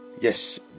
Yes